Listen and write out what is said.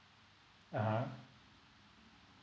(uh huh)